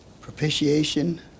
propitiation